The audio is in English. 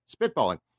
spitballing